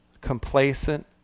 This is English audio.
Complacent